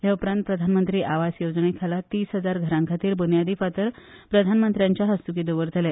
ते उपरांत प्रधानमंत्री आवास येवजणे खाला तीस हजार घरां खातीर बुन्यादी फातर प्रधानमंत्र्या हस्तुकीं दवरतले